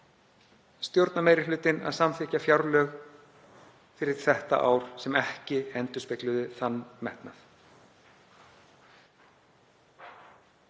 stjórnarmeirihlutinn fjárlög fyrir þetta ár sem ekki endurspegluðu þann metnað.